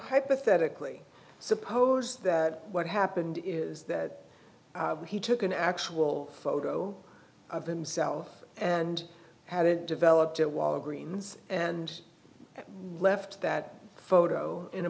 hypothetically suppose that what happened is that he took an actual photo of himself and had it developed at walgreens and left that photo in a